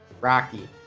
rocky